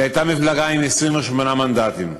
היא הייתה מפלגה עם 28 מנדטים.